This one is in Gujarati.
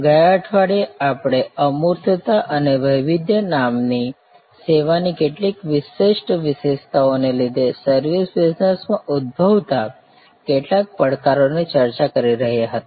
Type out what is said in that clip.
ગયા અઠવાડિયે આપણે અમૂર્તતા અને વૈવિધ્ય નામની સેવાની કેટલીક વિશિષ્ટ વિશેષતાઓને લીધે સર્વિસ બિજનેસ માં ઉદ્ભવતા કેટલાક પડકારોની ચર્ચા કરી રહ્યા હતા